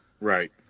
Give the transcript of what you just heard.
Right